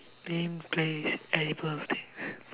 name place edible things